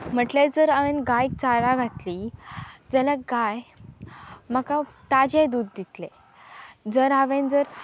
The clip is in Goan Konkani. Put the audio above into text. म्हटल्यार जर हांवें गायक चारां घातली जाल्यार गाय म्हाका ताजे दूद दितले जर हांवें जर